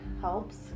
helps